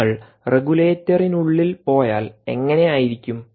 നിങ്ങൾ റെഗുലേറ്ററിനുള്ളിൽ പോയാൽ എങ്ങനെ ആയിരിക്കും